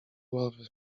ławy